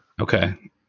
Okay